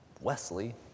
Wesley